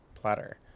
platter